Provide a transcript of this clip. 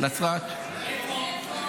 נצרת --- איפה?